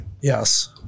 Yes